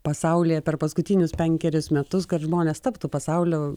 pasaulyje per paskutinius penkerius metus kad žmonės taptų pasaulio